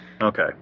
Okay